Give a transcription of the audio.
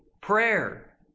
prayer